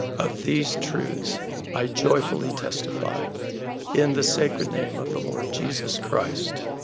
of these truths i joyfully testify in the sacred name of the lord jesus christ,